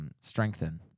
Strengthen